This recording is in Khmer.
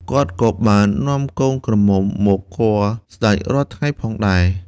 គាត់ក៏បាននាំកូនក្រមុំមកគាល់សេ្តចរាល់ថៃ្ងផងដែរ។